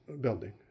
building